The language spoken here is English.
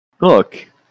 Look